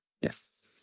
Yes